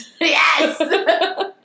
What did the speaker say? yes